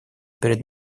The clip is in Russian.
перед